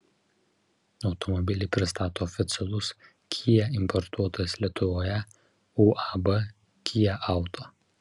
automobilį pristato oficialus kia importuotojas lietuvoje uab kia auto